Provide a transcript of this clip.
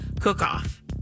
cook-off